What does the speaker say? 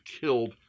killed